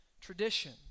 tradition